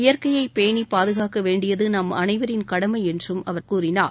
இயற்கையை பேணி பாதுகாக்க வேண்டியது நம் அனைவரின் கடமை என்றும் அவர் கூறினார்